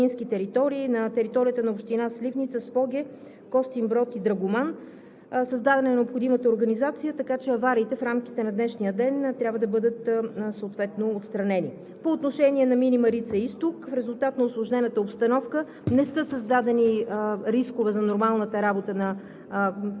като тези населени места – тези селища, се намират във високопланински територии – на територията на община Сливница, Своге, Костинброд и Драгоман. Създадена е необходимата организация, така че авариите в рамките на днешния ден съответно трябва да бъдат отстранени. По отношение на „Мини Марица-изток“. В резултат на усложнената обстановка